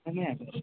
ଆଜ୍ଞା